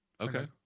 Okay